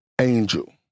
angel